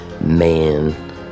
man